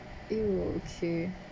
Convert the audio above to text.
!eww! okay